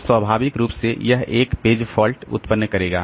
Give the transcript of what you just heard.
तो स्वाभाविक रूप से यह एक पेज फॉल्ट उत्पन्न करेगा